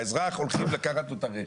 לאזרח הולכים לקחת את הרכב.